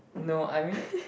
no I mean